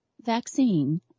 vaccine